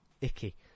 icky